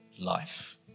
life